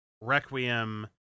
Requiem